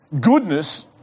goodness